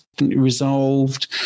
resolved